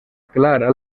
clara